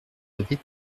avez